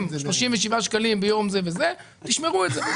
37 שקלים ביום זה וזה תשמרו את זה.